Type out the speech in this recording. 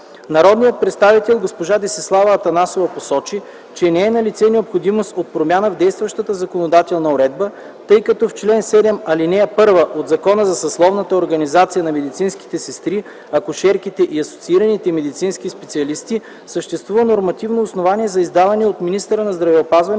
Народният представител госпожа Десислава Атанасова посочи, че не е налице необходимост от промяна в действащата законодателна уредба, тъй като в чл. 7, ал. 1 от Закона за съсловната организация на медицинските сестри, акушерките и асоциираните медицински специалисти съществува нормативно основание за издаване от министъра на здравеопазването